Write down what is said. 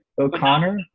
O'Connor